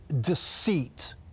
deceit